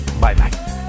Bye-bye